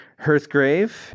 Hearthgrave